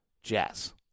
jazz